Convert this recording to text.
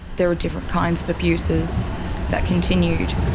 there are different kinds of abuses that continued.